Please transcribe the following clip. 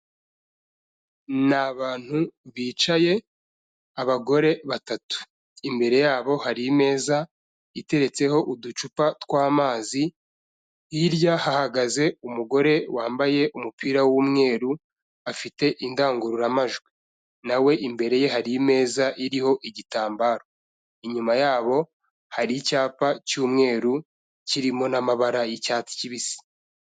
Ni abantu bicaye abagore batatu, imbere yabo hari imeza iteretseho uducupa tw'amazi, hirya hahagaze umugore wambaye umupira w'umweru afite indangururamajwi, na we imbere ye hari imeza iriho igitambaro, inyuma yabo hari icyapa cy'umweru kirimo n'amabara y'icyatsi kibisi.